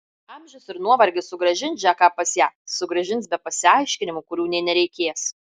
amžius ir nuovargis sugrąžins džeką pas ją sugrąžins be pasiaiškinimų kurių nė nereikės